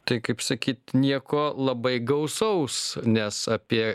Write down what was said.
tai kaip sakyt nieko labai gausaus nes apie